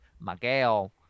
Miguel